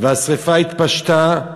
והשרפה התפשטה,